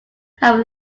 have